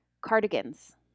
Cardigans